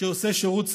שעושה שירות צבאי,